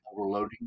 overloading